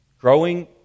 growing